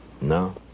No